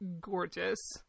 gorgeous